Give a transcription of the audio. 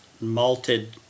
malted